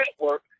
network